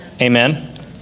Amen